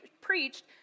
preached